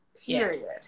Period